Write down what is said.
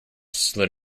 slid